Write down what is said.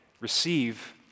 receive